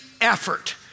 effort